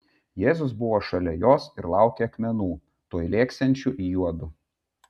jėzus buvojo šalia jos ir laukė akmenų tuoj lėksiančių į juodu